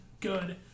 good